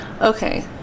Okay